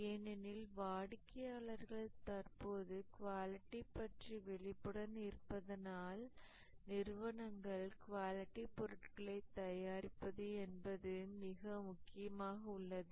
ஏனெனில் வாடிக்கையாளர்கள் தற்போது குவாலிட்டிப் பற்றி விழிப்புடன் இருப்பதனால் நிறுவனங்கள் குவாலிட்டி பொருட்களை தயாரிப்பது என்பது மிக முக்கியமாக உள்ளது